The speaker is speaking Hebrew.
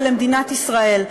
ולמדינת ישראל.